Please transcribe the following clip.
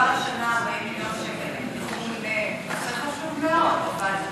כבר השנה דובר על 40 מיליון שקל,